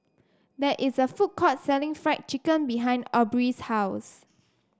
there is a food courts selling Fried Chicken behind Aubree's house